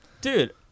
Dude